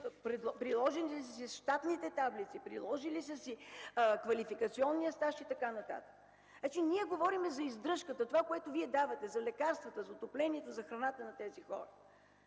Приложили са си щатните таблици, приложили са си квалификационния стаж и така нататък. Ние говорим за издръжката – това, което Вие давате за лекарствата, за отоплението, за храната на тези хора.